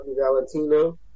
Valentino